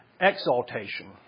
exaltation